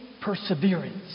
perseverance